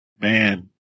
man